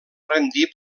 rendir